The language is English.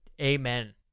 Amen